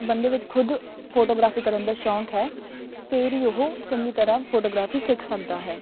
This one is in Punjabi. ਬੰਦੇ ਵਿੱਚ ਖੁਦ ਫੋਟੋਗ੍ਰਾਫੀ ਕਰਨ ਦਾ ਸ਼ੌਕ ਹੈ ਫਿਰ ਹੀ ਉਹ ਚੰਗੀ ਤਰ੍ਹਾਂ ਫੋਟੋਗ੍ਰਾਫੀ ਸਿੱਖ ਸਕਦਾ ਹੈ